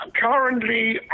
currently